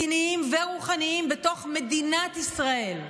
מדיניים ורוחניים בתוך מדינת ישראל.